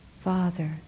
Father